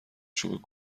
چوب